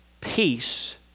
peace